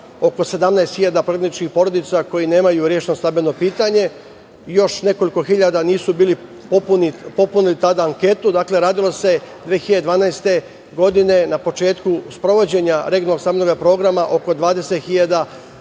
oko 17.000 porodica koje nemaju rešeno stambeno pitanje i još nekoliko hiljada koje nisu popunile tada anketu. Dakle, radilo se 2012. godine, na početku sprovođenja regionalnog stambenog programa, oko 20 hiljada